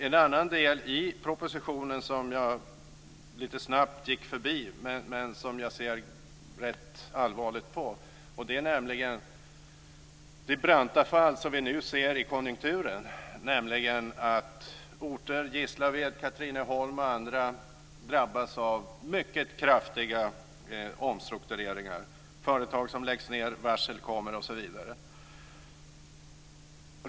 En annan del i propositionen som jag ser rätt allvarligt på är det branta fall som vi nu ser i konjunkturen. Orter som t.ex. Gislaved och Katrineholm har drabbats av mycket kraftiga omstruktureringar. Företag läggs ned, varsel utfärdas osv.